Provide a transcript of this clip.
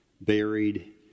buried